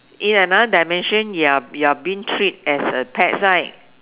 in another dimension you are you are being treat as a pets right